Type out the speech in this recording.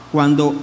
Cuando